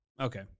Okay